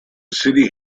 city